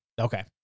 Okay